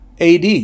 AD